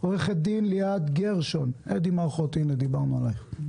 עורכת הדין ליאת גרשון, א.ד.י מערכות, בבקשה.